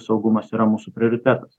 saugumas yra mūsų prioritetas